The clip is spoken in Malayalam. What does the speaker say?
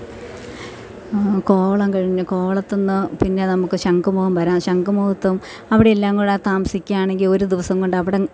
കോവളം കഴിഞ്ഞ് കോവളത്തുനിന്ന് പിന്നെ നമുക്ക് ശംഖുമുഖം വരാം ശംഖുമുഖത്ത് അവിടെയെല്ലാം കൂടെ താമസിക്കുകയാണെങ്കിൽ ഒരു ദിവസം കൊണ്ട് അവിടെ